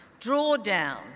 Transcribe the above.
Drawdown